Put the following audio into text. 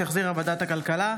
שהחזירה ועדת הכלכלה,